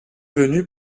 venu